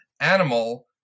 animal